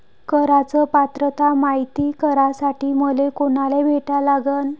कराच पात्रता मायती करासाठी मले कोनाले भेटा लागन?